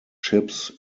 ships